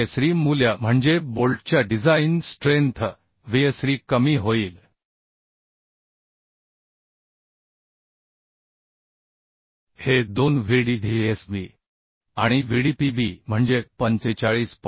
तर Vsd मूल्य म्हणजे बोल्टच्या डिझाइन स्ट्रेंथ Vsd कमी होईल हे दोन Vdsb आणि Vdpb म्हणजे 45